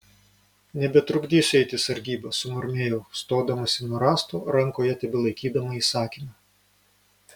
nebetrukdysiu eiti sargybą sumurmėjau stodamasi nuo rąsto rankoje tebelaikydama įsakymą